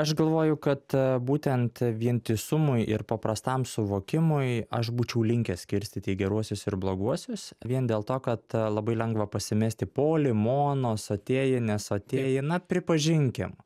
aš galvoju kad būtent vientisumui ir paprastam suvokimui aš būčiau linkęs skirstyti į geruosius ir bloguosius vien dėl to kad labai lengva pasimesti poli mono sotieji nesotieji na pripažinkim